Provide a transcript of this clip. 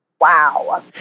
Wow